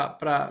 para